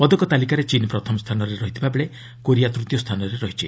ପଦକ ତାଲିକାରେ ଚୀନ୍ ପ୍ରଥମ ସ୍ଥାନରେ ରହିଥିବାବେଳେ କୋରିଆ ତୂତୀୟ ସ୍ଥାନରେ ରହିଛି